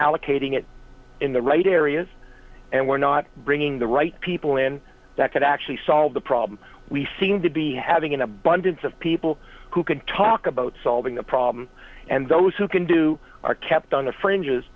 allocating it in the right areas and we're not bringing the right people in that could actually solve the problem we seem to be having an abundance of people who can talk about solving the problem and those who can do are kept on the fringes